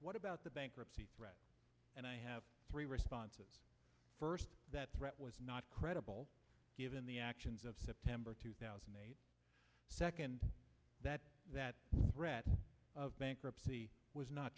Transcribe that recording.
what about the bankruptcy and i have three responses first that threat was not credible given the actions of september two thousand second that that threat of bankruptcy was not